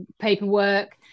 paperwork